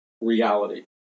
reality